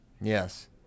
Yes